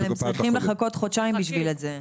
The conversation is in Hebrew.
אבל הם צריכים לחכות חודשיים בשביל זה.